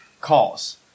calls